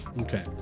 Okay